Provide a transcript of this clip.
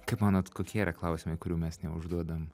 kaip manot kokie yra klausimai kurių mes neužduodam